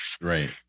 Right